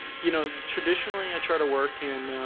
you know traditionally i try to work in